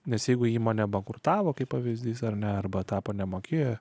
nes jeigu įmonė bankrutavo kaip pavyzdys ar ne arba tapo nemoki